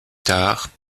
tard